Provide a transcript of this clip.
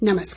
नमस्कार